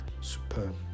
superb